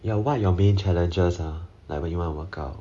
ya what are your main challenges ah when you want to work out